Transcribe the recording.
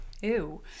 Ew